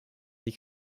des